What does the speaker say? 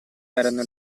erano